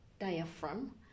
diaphragm